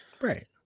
Right